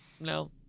No